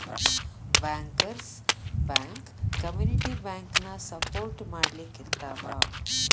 bankers bank community ಬ್ಯಾಂಕನ support ಮಾಡ್ಲಿಕ್ಕಿರ್ತಾವ